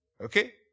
Okay